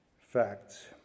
facts